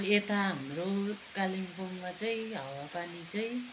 यता हाम्रो कालेम्पोङमा चाहिँ हावा पानी चाहिँ